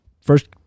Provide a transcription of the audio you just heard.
first